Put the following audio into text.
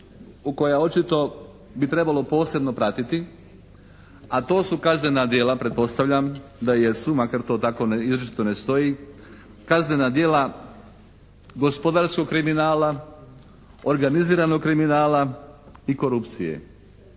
u koja očito bi trebalo posebno pratiti, a to su kaznena djela pretpostavljam da jesu, makar to tako izričito ne stoji, kaznena djela gospodarskog kriminala, organiziranog kriminala i korupcije.